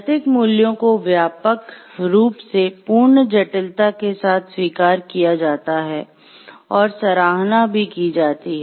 नैतिक मूल्यों को व्यापक रूप से पूर्ण जटिलता के साथ स्वीकार किया जाता है और सराहना भी की जाती है